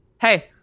hey